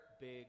big